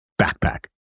backpack